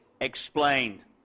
explained